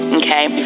okay